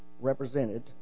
represented